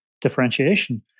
differentiation